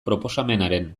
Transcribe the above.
proposamenaren